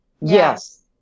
Yes